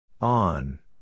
On